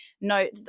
note